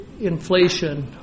inflation